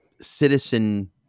citizen